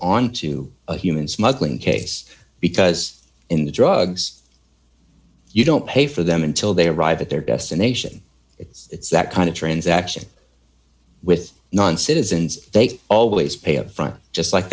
on to a human smuggling case because in the drugs you don't pay for them until they arrive at their destination it's that kind of transaction with non citizens they always pay upfront just like